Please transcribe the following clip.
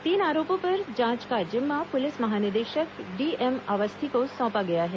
तीनों आरोपों पर जांच का जिम्मा पूलिस महानिदेशक डीएम अवस्थी को सौंपा गया है